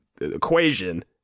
equation